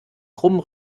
krummen